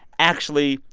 actually,